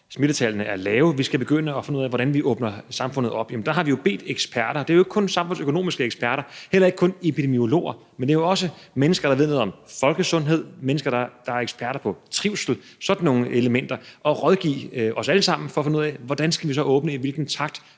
smittetallene er lave og vi skal begynde at finde ud af, hvordan vi åbner samfundet op, er, at vi har bedt eksperter – og det er ikke kun samfundsøkonomiske eksperter og heller ikke kun epidemiologer, men det er også mennesker, der ved noget om folkesundhed, og mennesker, der er eksperter på trivsel, sådan nogle elementer – om at rådgive os alle sammen for at finde ud af, hvordan vi så skal åbne: I hvilken takt,